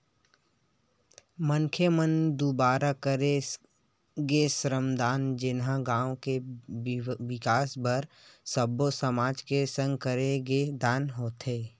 मनखे मन दुवारा करे गे श्रम दान जेनहा गाँव के बिकास बर सब्बो समाज के संग करे गे दान होथे